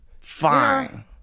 fine